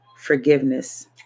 Forgiveness